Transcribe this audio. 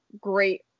great